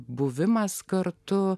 buvimas kartu